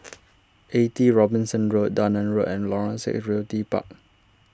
eighty Robinson Road Dunearn Road and Lorong six Realty Park